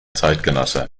zeitgenosse